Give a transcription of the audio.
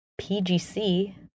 PGC